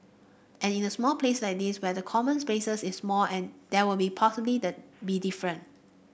and in a small place like this where the common spaces is small and there will possibly be different